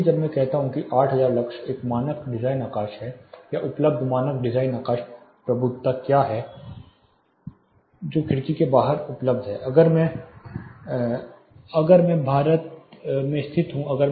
इसलिए जब मैं कहता हूं कि 8000 लक्स एक मानक डिजाइन आकाश है या उपलब्ध मानक डिजाइन आकाश प्रबुद्धता क्या है जो खिड़की के बाहर उपलब्ध है अगर मैं भारत में स्थित हूं